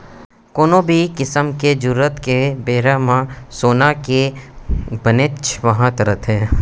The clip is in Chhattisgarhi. कोनो भी किसम के जरूरत के बेरा म सोन के बनेच महत्ता रथे